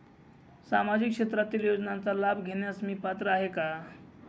सामाजिक क्षेत्रातील योजनांचा लाभ घेण्यास मी पात्र आहे का?